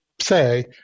say